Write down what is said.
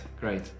great